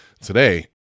Today